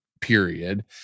period